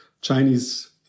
Chinese